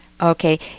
Okay